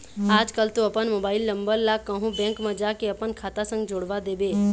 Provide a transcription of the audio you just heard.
आजकल तो अपन मोबाइल नंबर ला कहूँ बेंक म जाके अपन खाता संग जोड़वा देबे